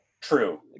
true